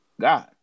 God